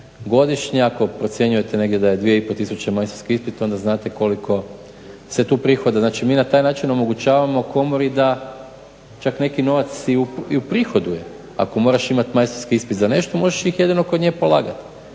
godišnje. Ako procjenjujete negdje da je 2500 majstorskih ispita onda znate koliko se tu prihoda. Znači mi na taj način omogućavamo komori da čak neki novac i uprihoduje. Ako moraš imat majstorski ispit za nešto možeš ih jedino kod nje polagati.